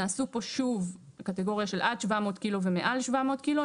נעשו פה שוב קטגוריה של עד 700 קילו ומעל 700 קילו.